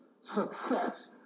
Success